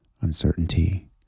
uncertainty